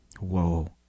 Whoa